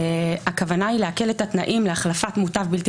הכוונה היא להקל את התנאים להחלפת מוטב בלתי